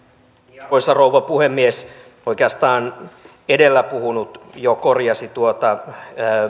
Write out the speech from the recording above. arvoisa rouva puhemies oikeastaan edellä puhunut jo korjasi tuota kun